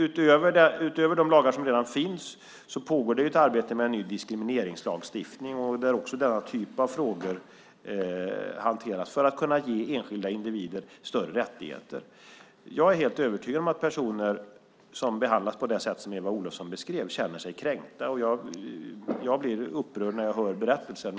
Utöver de lagar som redan finns pågår arbete med en ny diskrimineringslagstiftning, där också denna typ av frågor hanteras, för att kunna ge enskilda individer större rättigheter. Jag är helt övertygad om att personer som behandlas på det sätt som Eva Olofsson beskrev känner sig kränkta. Jag blir upprörd när jag hör berättelsen.